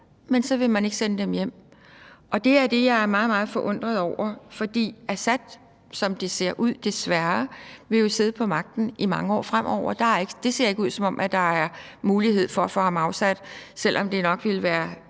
men så vil man ikke sende dem hjem, og det er det, jeg er meget, meget forundret over, fordi Assad, som det ser ud, desværre jo vil sidde på magten i mange år fremover. Det ser ikke ud, som om der er mulighed for at få ham afsat, selv om det nok ville være